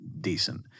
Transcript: decent